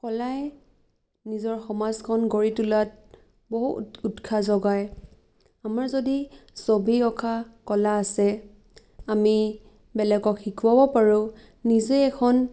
কলাই নিজৰ সমাজখন গঢ়ি তোলাত বহু উৎসাহ যোগায় আমাৰ যদি ছবি অঁকা কলা আছে আমি বেলেগক শিকাব পাৰোঁ নিজেই এখন